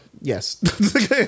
yes